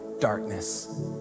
darkness